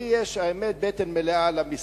האמת שלי יש בטן מלאה על המשרד,